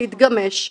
להתגמש,